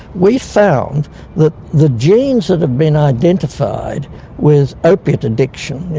we found that the genes that have been identified with opiate addiction, you